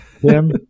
Tim